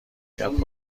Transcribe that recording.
کرد